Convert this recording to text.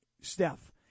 Steph